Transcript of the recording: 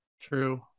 True